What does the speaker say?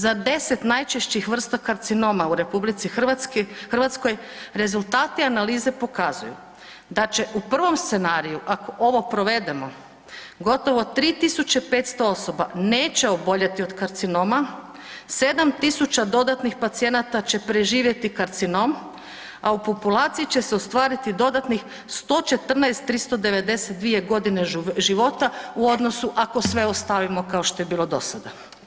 Za 10 najčešćih vrsta karcinoma u RH rezultati analize pokazuju da će u prvom scenariju ako ovo provedemo gotovo 3500 osoba neće oboljeti od karcinoma, 7000 dodatnih pacijenata će preživjeti karcinom, a u populaciji će se ostvariti dodatnih 114 392 godine života u odnosu ako sve ostavimo kao što je bilo do sada.